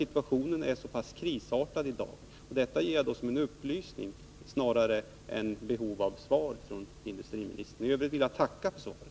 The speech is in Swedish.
Situationen i dag är nämligen krisartad. Detta nämner jag bara som en upplysning till industriministern. Jag ber än en gång att få tacka för svaret.